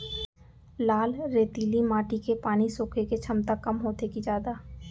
लाल रेतीली माटी के पानी सोखे के क्षमता कम होथे की जादा?